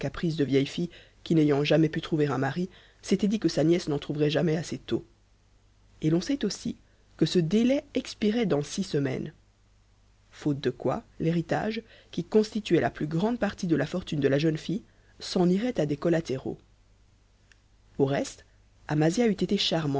caprice de vieille fille qui n'ayant jamais pu trouver un mari s'était dit que sa nièce n'en trouverait jamais assez tôt et l'on sait aussi que ce délai expirait dans six semaines faute de quoi l'héritage qui constituait la plus grande partie de la fortune de la jeune fille s'en irait à des collatéraux au reste amasia eût été